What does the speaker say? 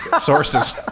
sources